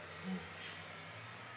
mm